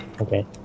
Okay